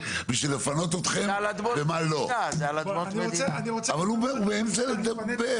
אני אגיד לך,